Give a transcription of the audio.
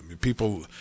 people